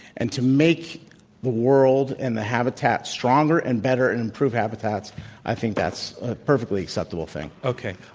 and to make the world and the habitat stronger and better and improve habitats i think that's a perfectly acceptable thing. okay.